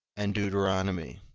and deuteronomy.